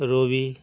রবি